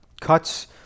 Cuts